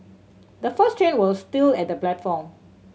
the first train was still at the platform